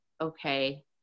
okay